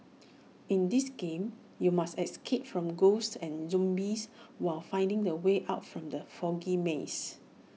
in this game you must escape from ghosts and zombies while finding the way out from the foggy maze